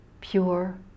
pure